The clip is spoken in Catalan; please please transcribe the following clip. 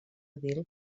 edil